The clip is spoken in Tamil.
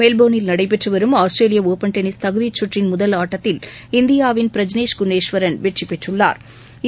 மெல்போ்னில் நடைபெற்றுவரும் ஆஸ்திரேலியஆப்பன் டென்னிஸ் தகுதிச் சுற்றின் முதல் ஆட்டத்தில் இந்தியாவின் பிரஜ்னேஸ் குணேஸ்வரன் வெற்றிபெற்றுளளாா்